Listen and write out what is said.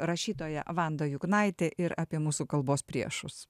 rašytoja vanda juknaitė ir apie mūsų kalbos priešus